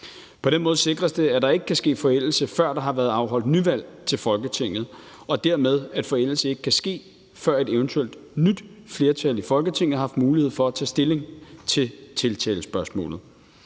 På den måde sikres det, at der ikke kan ske forældelse, før der har været afholdt nyvalg til Folketinget, og dermed, at forældelse ikke kan ske, før et eventuelt nyt flertal i Folketinget har haft mulighed for at tage stilling til tiltalespørgsmålet.